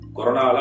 Corona